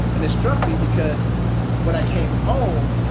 and it struck me because when i came home,